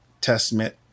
testament